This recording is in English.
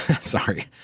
sorry